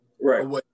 right